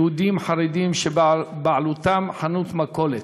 יהודים חרדים שבבעלותם חנות מכולת.